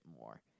more